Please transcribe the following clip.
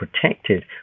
protected